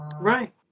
Right